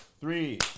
three